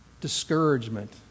discouragement